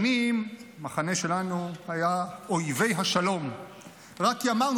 שנים המחנה שלנו היה אויב השלום רק כי אמרנו